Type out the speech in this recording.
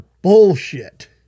bullshit